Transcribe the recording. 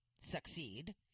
succeed